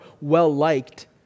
well-liked